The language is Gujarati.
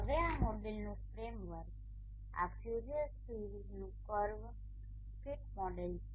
હવે આ મોડેલનુ ફ્રેમવર્ક છે આ ફ્યુરિયર સિરીઝનું કર્વ ફિટ મોડેલ છે